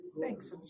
thanks